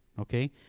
okay